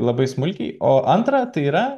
labai smulkiai o antra tai yra